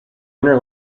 inner